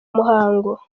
muhango